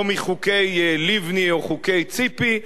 לא מחוקי לבני או חוקי ציפי,